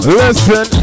listen